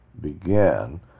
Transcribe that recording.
began